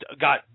got